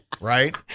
right